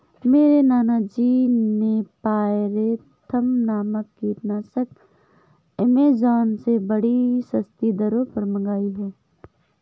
मेरे नाना जी ने पायरेथ्रम नामक कीटनाशक एमेजॉन से बड़ी सस्ती दरों पर मंगाई है